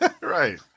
right